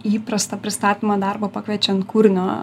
į įprastą pristatymą darbą pakviečiant kūrinio